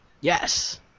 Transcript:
Yes